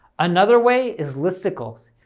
another way is listicles.